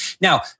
Now